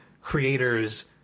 creators